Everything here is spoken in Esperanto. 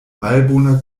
malbona